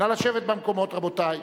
נא לשבת במקומות, רבותי.